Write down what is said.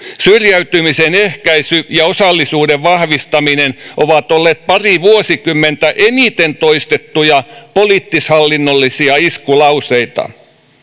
syrjäytymisen ehkäisy ja osallisuuden vahvistaminen ovat olleet pari vuosikymmentä eniten toistettuja poliittishallinnollisia iskulauseita